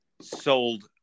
sold